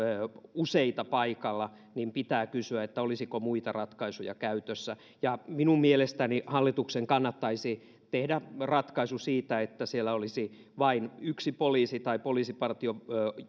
useita poliiseja paikalla niin pitää kysyä olisiko muita ratkaisuja käytössä minun mielestäni hallituksen kannattaisi tehdä se ratkaisu että siellä olisi vain yksi poliisi tai poliisipartio